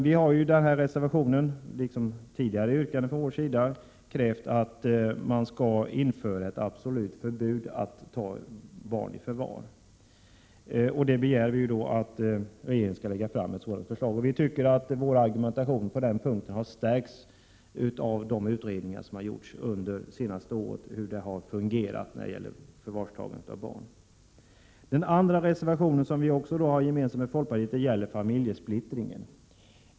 Vi har i den här reservationen, liksom i tidigare yrkanden från vår sida, krävt att man skall införa ett absolut förbud mot att ta barn i förvar. Vi begär att regeringen skall lägga fram ett sådant förslag, och vi tycker att vår argumentation på den punkten har stärkts av de utredningar som gjorts under det senaste året om hur förvarstagandet av barn har fungerat. Den andra reservationen som vi har gemensam med folkpartiet gäller familjesplittringen.